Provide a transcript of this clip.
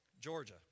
Georgia